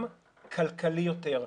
גם כלכלי יותר.